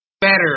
Better